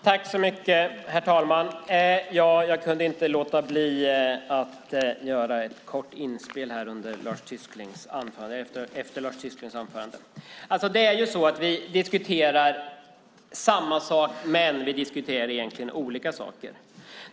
Herr talman! Jag kan inte låta bli att göra ett kort inspel efter Lars Tysklinds anförande. Vi diskuterar samma sak, men egentligen diskuterar vi olika saker.